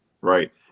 right